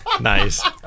Nice